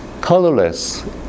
colorless